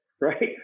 Right